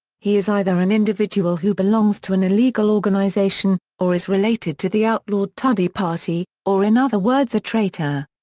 he is either an individual who belongs to an illegal organization, or is related to the outlawed tudeh party, or in other words a traitor.